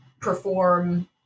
perform